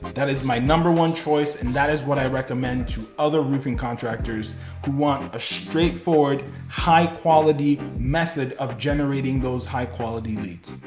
that is my number one choice, and that is what i recommend to other roofing contractors who want a straightforward high quality method of generating those high quality leads.